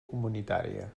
comunitària